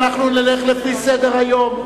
אנחנו נלך לפי סדר-היום,